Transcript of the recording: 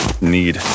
need